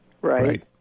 right